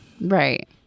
right